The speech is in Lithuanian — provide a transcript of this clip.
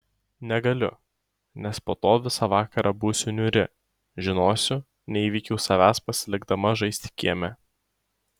negaliu nes po to visą vakarą būsiu niūri žinosiu neįveikiau savęs pasilikdama žaisti kieme